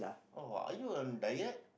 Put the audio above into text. oh are you on diet